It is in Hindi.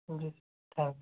ji thank you